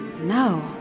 No